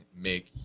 make